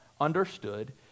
understood